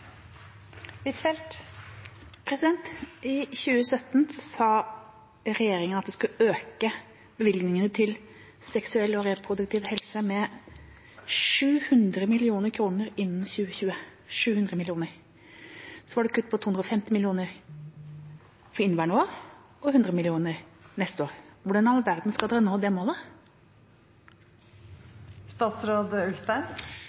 I 2017 sa regjeringa at de skulle øke bevilgningene til seksuell og reproduktiv helse med 700 mill. kr innen 2020 – 700 mill. kr. Så var det kutt på 250 mill. kr for inneværende år og 100 mill. kr for neste år. Hvordan i all verden skal dere nå det